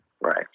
Right